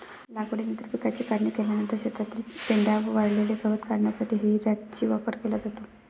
लागवडीनंतर पिकाची काढणी केल्यानंतर शेतातील पेंढा व वाळलेले गवत काढण्यासाठी हेई रॅकचा वापर केला जातो